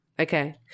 Okay